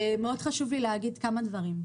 חשוב לי מאוד להגיד כמה דברים.